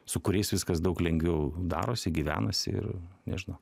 su kuriais viskas daug lengviau darosi gyvenasi ir nežinau